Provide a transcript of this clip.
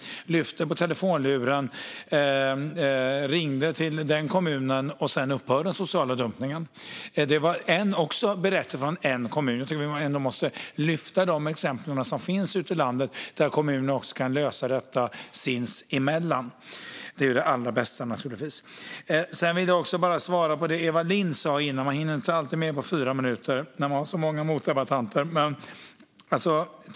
Man lyfte telefonen och ringde till den kommun som hade gjort detta. Sedan upphörde den sociala dumpningen. Det var en berättelse från en kommun. Jag tycker ändå att man måste lyfta fram de exempel som finns ute i landet som visar att kommunerna kan lösa detta sinsemellan. Det är naturligtvis det allra bästa. Jag vill också svara på det som Eva Lindh tog upp tidigare. Man hinner inte alltid svara på allt på fyra minuter när man har så många motdebattörer.